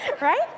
Right